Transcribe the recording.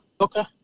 Okay